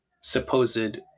supposed